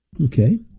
Okay